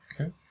Okay